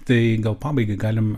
tai gal pabaigai galim